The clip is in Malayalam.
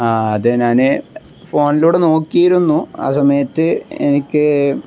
ആ അതെ ഞാൻ ഫോണിലൂടെ നോക്കിയിരുന്നു ആ സമയത്ത് എനിക്ക്